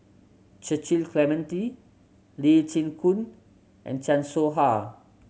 Cecil Clementi Lee Chin Koon and Chan Soh Ha